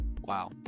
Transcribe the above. Wow